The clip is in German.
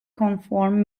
konform